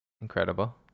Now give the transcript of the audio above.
Incredible